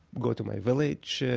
go to my village.